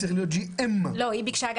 צריך להיות GMP. היא ביקשה את שניהם.